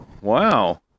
Wow